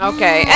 Okay